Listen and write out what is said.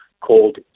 called